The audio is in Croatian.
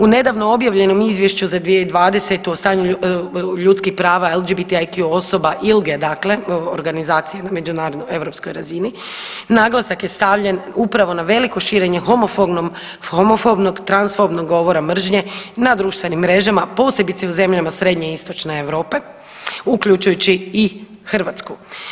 U nedavno objavljenom izvješću za 2020. o stavljanju ljudskih prava LGBTQ osoba ILGE dakle organizacije na međunarodno europskoj razini naglasak je stavljen upravo na veliko širenje homofobnog transfobnog govora mržnje na društvenim mrežama, a posebice u zemljama srednje i istočne Europe uključujući i Hrvatsku.